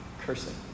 cursing